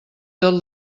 tot